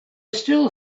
still